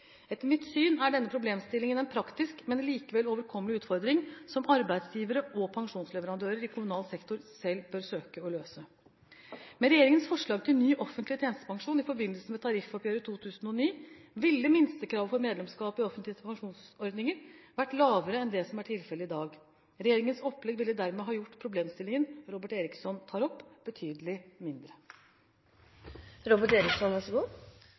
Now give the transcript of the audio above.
Etter mitt syn er denne problemstillingen en praktisk, men likevel overkommelig utfordring som arbeidsgivere og pensjonsleverandører i kommunal sektor selv bør søke å løse. Med regjeringens forslag til ny offentlig tjenestepensjon i forbindelse med tariffoppgjøret 2009 ville minstekravet for medlemskap i offentlige tjenestepensjonsordninger vært lavere enn det som er tilfellet i dag. Regjeringens opplegg ville dermed ha gjort problemstillingen Robert Eriksson tar opp, betydelig